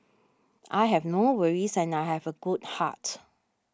I have no worries and I have a good heart